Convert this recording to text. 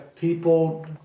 people